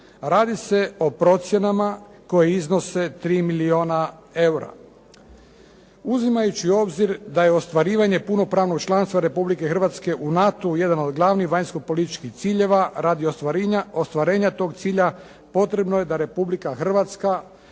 Radi se o procjenama koje iznose 3 milijuna eura. Uzimajući u obzir da je ostvarivanje punopravnog članstva Republike Hrvatske u NATO-u jedan od glavnih vanjskopolitičkih ciljeva radi ostvarenja toga cilja potrebno je da Republika Hrvatska